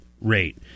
rate